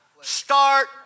start